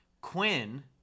quinn